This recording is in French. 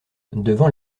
devant